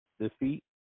defeat